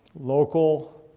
local.